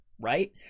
right